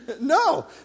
No